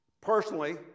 Personally